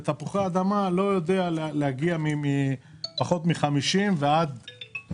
ותפוח אדמה לא יודע להגיע לפחות מ-50 גרם ויותר